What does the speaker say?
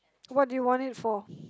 what do you want it for